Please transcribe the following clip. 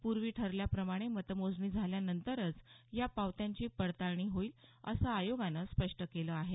पूर्वी ठरल्याप्रमाणे मतमोजणी झाल्यानंतरचं या पावत्यांची पडताळणी होईल असं आयोगानं स्पष्ट केलं आहे